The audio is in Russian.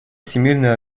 всемирной